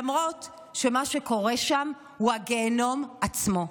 למרות שמה שקורה שם הוא הגיהינום עצמו,